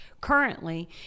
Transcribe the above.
currently